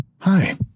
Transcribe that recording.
Hi